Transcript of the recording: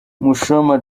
mushyoma